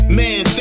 man